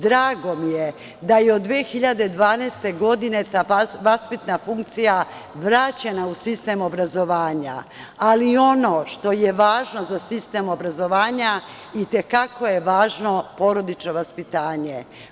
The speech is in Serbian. Drago mi je da je od 2012. godine ta vaspitna funkcija vraćena u sistem obrazovanja, ali ono što je važno za sistem obrazovanja i te kako je važno porodično vaspitanje.